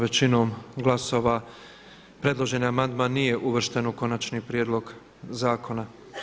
Većinom glasova predloženi amandman nije uvršten u konačni prijedlog zakona.